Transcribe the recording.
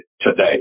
today